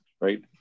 right